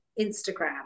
Instagram